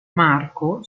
marco